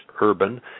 urban